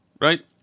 right